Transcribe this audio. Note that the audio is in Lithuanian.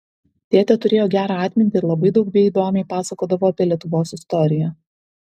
tėtė turėjo gerą atmintį ir labai daug bei įdomiai pasakodavo apie lietuvos istoriją